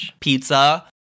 pizza